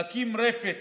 להקים רפת